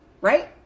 Right